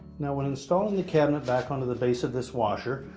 now, when installing the cabinet back onto the base of this washer,